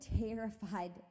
terrified